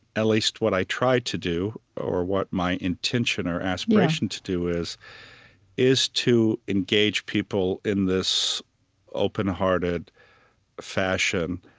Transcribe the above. at least, what i try to do, or what my intention or aspiration to do, is is to engage people in this open-hearted fashion.